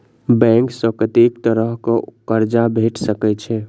Bank सऽ कत्तेक तरह कऽ कर्जा भेट सकय छई?